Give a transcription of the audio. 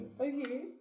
okay